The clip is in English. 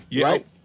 Right